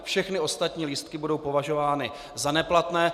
Všechny ostatní lístky budou považovány za neplatné.